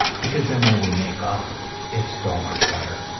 because then when we make up it's so much better.